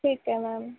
ਠੀਕ ਹੈ ਮੈਮ